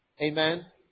Amen